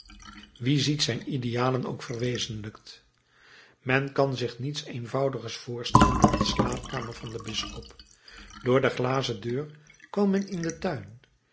wie ziet zijn idealen ook verwezenlijkt men kan zich niets eenvoudigers voorstellen dan de slaapkamer van den bisschop door de glazen deur kwam men in den tuin